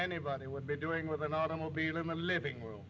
anybody would be doing with an automobile in the living room